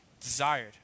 desired